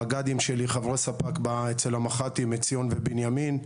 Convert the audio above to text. המג"דים שלי הם חברי ספק אצל המח"טים עציון ובנימין,